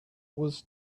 was